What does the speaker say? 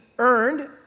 earned